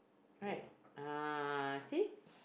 right ah see